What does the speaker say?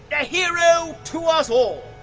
a hero to us all.